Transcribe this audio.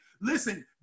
listen